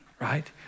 right